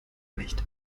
nicht